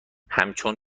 همچون